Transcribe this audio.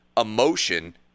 emotion –